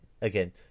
again